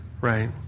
right